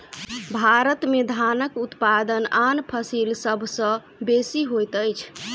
भारत में धानक उत्पादन आन फसिल सभ सॅ बेसी होइत अछि